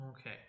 Okay